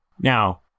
Now